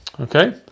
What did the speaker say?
Okay